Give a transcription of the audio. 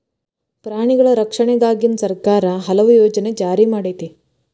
ಪ್ರಾಣಿಗಳ ರಕ್ಷಣೆಗಾಗಿನ ಸರ್ಕಾರಾ ಹಲವು ಯೋಜನೆ ಜಾರಿ ಮಾಡೆತಿ